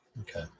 Okay